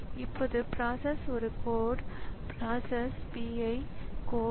எனவே ப்ராஸஸர் அல்லது சிபியு அவ்வளவு நேரம் காத்திருக்கக்கூடாது